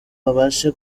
babashe